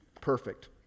Perfect